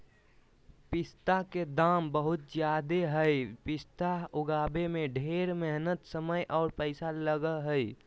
पिस्ता के दाम बहुत ज़्यादे हई पिस्ता उगाबे में ढेर मेहनत समय आर पैसा लगा हई